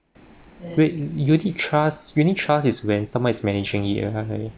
wait unit trust unit trust is when someone is managing it right